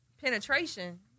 penetration